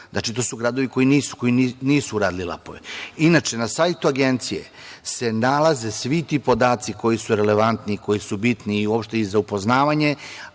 Čačak, to su gradovi koji nisu uradili LAP-ove. Inače, na sajtu Agencije se nalaze svi ti podaci koji su relevantni, koji su bitni i uopšte i za upoznavanje